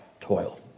toil